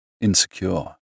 insecure